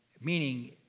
Meaning